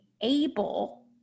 able